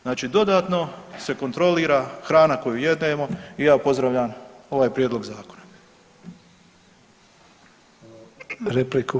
Znači dodatno se kontrolira hrana koju jedemo i ja pozdravljam ovaj prijedlog zakona.